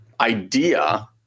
idea